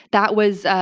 that was ah